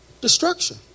destruction